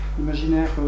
l'imaginaire